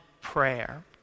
Prayer